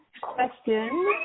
question